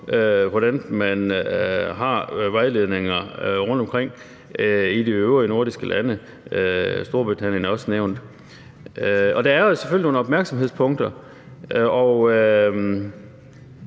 information og vejledninger rundtomkring i de øvrige nordiske lande. Storbritannien er også nævnt. Det er selvfølgelig nogle opmærksomhedspunkter,